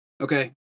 okay